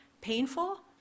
Painful